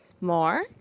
more